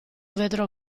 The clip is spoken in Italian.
vedrò